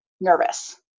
nervous